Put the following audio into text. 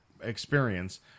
experience